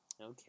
Okay